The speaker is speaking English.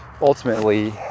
ultimately